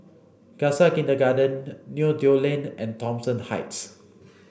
Khalsa Kindergarten Neo Tiew Lane and Thomson Heights